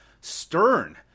Stern